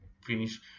finish